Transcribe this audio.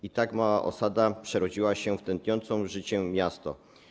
I tak mała osada przerodziła się w tętniące życiem miasto.